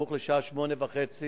סמוך לשעה 08:30,